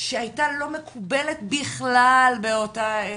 שהייתה לא מקובלת בכלל באותה העת.